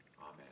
Amen